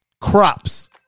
Crops